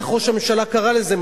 איך ראש הממשלה קראה לזה?